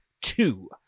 two